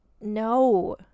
no